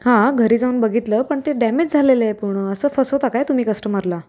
हां घरी जाऊन बघितलं पण ते डॅमेज झालेलं आहे पूर्ण असं फसवता काय तुम्ही कस्टमरला